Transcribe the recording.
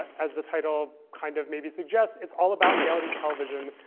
as the title kind of maybe suggests, it's all about reality television.